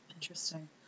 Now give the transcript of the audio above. Interesting